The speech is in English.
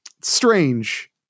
Strange